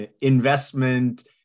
investment